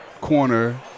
corner